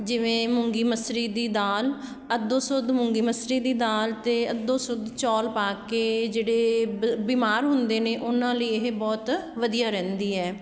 ਜਿਵੇਂ ਮੂੰਗੀ ਮਸਰੀ ਦੀ ਦਾਲ ਅੱਧੋ ਸੁਧ ਮੂੰਗੀ ਮਸਰੀ ਦੀ ਦਾਲ ਅਤੇ ਅੱਧੋ ਸੁਧ ਚੌਲ ਪਾ ਕੇ ਜਿਹੜੇ ਬ ਬਿਮਾਰ ਹੁੰਦੇ ਨੇ ਉਹਨਾਂ ਲਈ ਇਹ ਬਹੁਤ ਵਧੀਆ ਰਹਿੰਦੀ ਹੈ